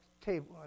table